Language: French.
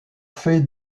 fait